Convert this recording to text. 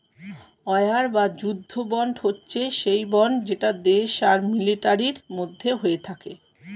war বা যুদ্ধ bond হচ্ছে সেই বন্ড যেটা দেশ আর মিলিটারির মধ্যে হয়ে থাকে